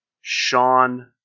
Sean